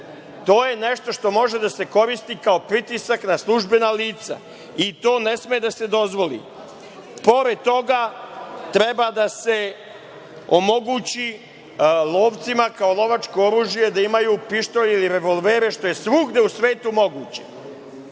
To je nešto što može da se koristi kao pritisak na službena lica i to ne sme da se dozvoli. Pored toga, treba da se omogući lovcima kao lovačko oružje da imaju pištolj ili revolvere, što je svugde u svetu moguće.